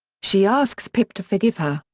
she asks pip to forgive her,